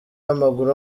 w’amaguru